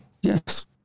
Yes